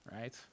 right